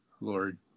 Lord